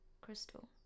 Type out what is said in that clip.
Crystal